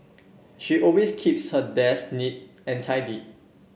she always keeps her desk neat and tidy